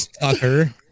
Tucker